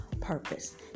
purpose